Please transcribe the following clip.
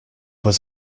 was